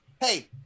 Hey